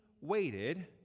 waited